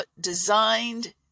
designed